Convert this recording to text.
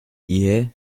ehe